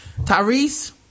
Tyrese